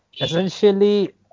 essentially